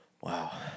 Wow